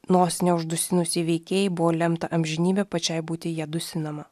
nosine uždusinusiai veikėjai buvo lemta amžinybę pačiai būti ją dusinama